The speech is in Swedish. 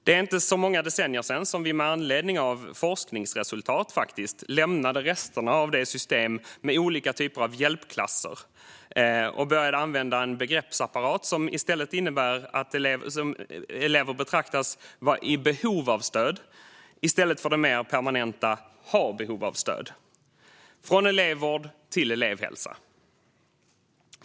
Det är inte så många decennier sedan som vi - med anledning av forskningsresultat - lämnade resterna av systemet med olika typer av hjälpklasser och började använda en begreppsapparat som innebär att elever betraktas "vara i behov av stöd" i stället för det mer permanenta "ha behov av stöd". Vi har gått från elevvård till elevhälsa.